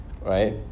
right